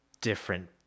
different